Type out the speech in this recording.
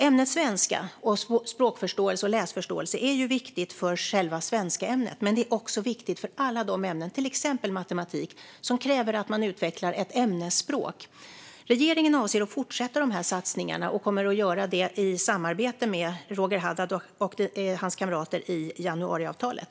Ämnet svenska och språkförståelse och läsförståelse är viktigt för själva svenskämnet, men det är också viktigt för alla de ämnen, till exempel matematik, som kräver att man utvecklar ett ämnesspråk. Regeringen avser att fortsätta de här satsningarna och kommer att göra det i samarbete med Roger Haddad och hans kamrater i januariavtalet.